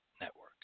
Network